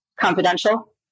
confidential